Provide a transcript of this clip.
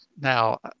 Now